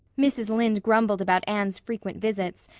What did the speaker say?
mrs. lynde grumbled about anne's frequent visits,